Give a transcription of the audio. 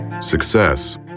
Success